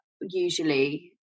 usually